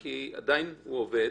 כי עדיין הוא עובד,